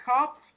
cups